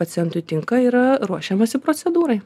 pacientui tinka yra ruošiamasi procedūrai